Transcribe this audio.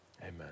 amen